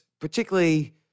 particularly